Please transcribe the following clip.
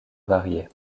varier